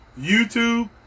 YouTube